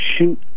shoot